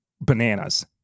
bananas